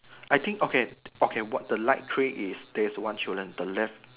I think okay okay what the light tray is there is one children the left